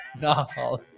No